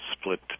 split